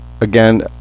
Again